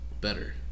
better